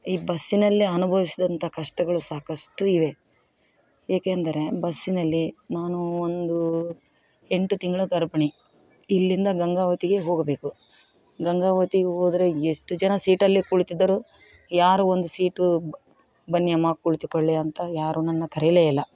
ಈ ಬಸ್ಸಿನಲ್ಲಿ ಅನುಭವಿಸಿದಂಥ ಕಷ್ಟಗಳು ಸಾಕಷ್ಟು ಇವೆ ಏಕಂದ್ರೆ ಬಸ್ಸಿನಲ್ಲಿ ನಾನು ಒಂದು ಎಂಟು ತಿಂಗಳ ಗರ್ಭಿಣಿ ಇಲ್ಲಿಂದ ಗಂಗಾವತಿಗೆ ಹೋಗಬೇಕು ಗಂಗಾವತಿಗೆ ಹೋದ್ರೆ ಎಷ್ಟು ಜನ ಸೀಟಲ್ಲೆ ಕುಳಿತಿದ್ದರೂ ಯಾರೂ ಒಂದು ಸೀಟು ಬನ್ನಿ ಅಮ್ಮ ಕುಳಿತುಕೊಳ್ಳಿ ಅಂತ ಯಾರು ನನ್ನ ಕರೀಲೆ ಇಲ್ಲ